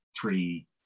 three